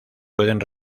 pueden